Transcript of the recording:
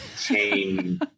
chain